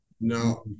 no